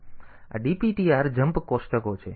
તેથી આ dptr jump કોષ્ટકો છે